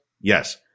Yes